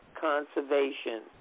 conservation